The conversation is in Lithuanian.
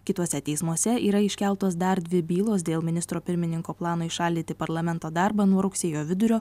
kituose teismuose yra iškeltos dar dvi bylos dėl ministro pirmininko plano įšaldyti parlamento darbą nuo rugsėjo vidurio